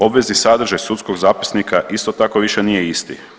Obvezni sadržaj sudskog zapisnika isto tako više nije isti.